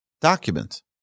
document